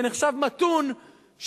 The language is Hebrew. שנחשב מתון,